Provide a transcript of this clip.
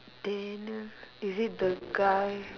tanner is it the guy